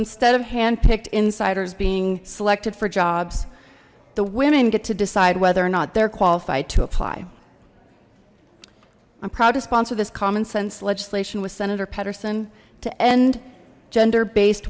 instead of handpicked insiders being selected for jobs the women get to decide whether or not they're qualified to apply i'm proud to sponsor this common sense legislation with senator patterson to end gender based